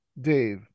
Dave